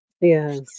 Yes